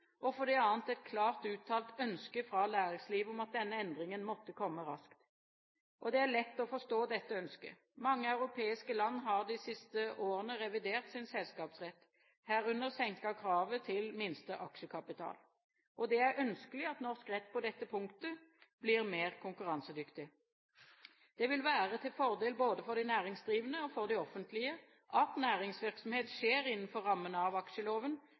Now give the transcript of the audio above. og for det annet et klart uttalt ønske fra næringslivet om at denne endringen måtte komme raskt. Det er lett å forstå dette ønsket. Mange europeiske land har de siste årene revidert sin selskapsrett, herunder senket kravet til minste aksjekapital. Det er ønskelig at norsk rett på dette punktet blir mer konkurransedyktig. Det vil være til fordel både for de næringsdrivende og for det offentlige at næringsvirksomhet skjer innenfor rammene av aksjeloven